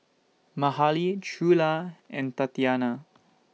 Mahalie Trula and Tatiana